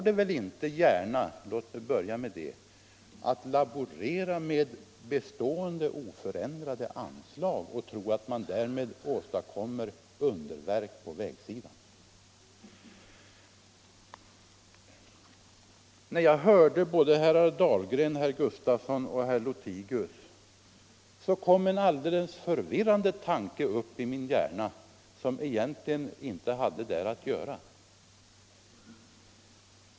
Det går inte gärna att laborera med bestående, oförändrade anslag och tro att man därmed åstadkommer underverk på vägsidan. När jag hörde herr Dahlgren, herr Sven Gustafson i Göteborg och herr Lothigius dök en alldeles förvirrande tanke upp i min hjärna, som egentligen inte hade där att göra.